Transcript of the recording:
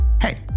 Hey